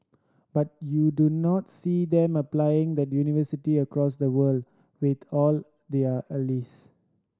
but you do not see them applying the universally across the world with all their allies